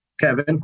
Kevin